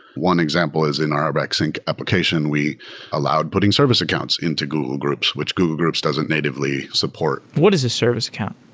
one example is in our rbac sync application. we allowed putting service accounts into google groups, which google groups doesn't natively support. what is a service account?